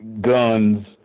guns